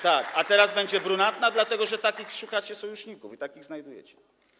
Tak, a teraz będzie brunatna, dlatego że takich szukacie sojuszników i takich znajdujecie.